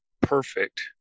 perfect